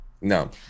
No